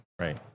Right